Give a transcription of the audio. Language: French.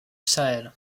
sahel